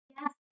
Yes